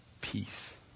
peace